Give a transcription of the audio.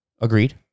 Agreed